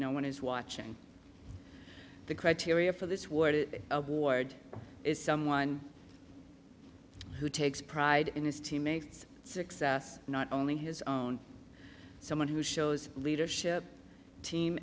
no one is watching the criteria for this worth it award is someone who takes pride in his teammates success not only his own someone who shows leadership team